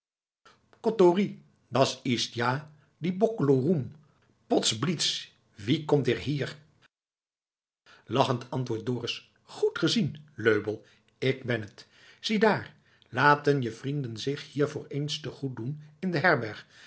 kottorie das ist ja der boeckeloroem potz blitz wie kommt der hier lachend antwoordt dorus goed gezien löbell ik ben het ziedaar laten je vrienden zich hiervoor eens te goed doen in de herberg